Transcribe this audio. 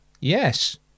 Yes